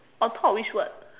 on top of which word